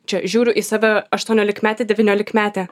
čia žiūriu į save aštuoniolikmetė devyniolikmetė